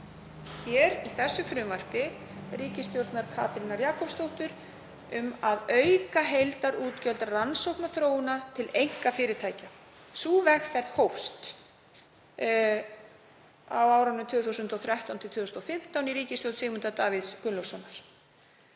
frumvarpi, frumvarpi ríkisstjórnar Katrínar Jakobsdóttur um að auka heildarútgjöld rannsókna og þróunar til einkafyrirtækja. Sú vegferð hófst á árunum 2013–2015 í ríkisstjórn Sigmundar Davíðs Gunnlaugssonar.